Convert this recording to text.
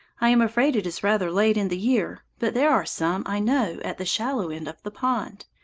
i am afraid it is rather late in the year, but there are some, i know, at the shallow end of the pond.